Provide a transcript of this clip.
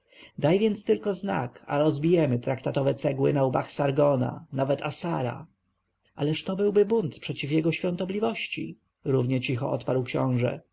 daj więc tylko znak a rozbijemy traktatowe cegły na łbach sargona nawet assara ależ to byłby bunt przeciw jego świątobliwości równie cicho odparł książę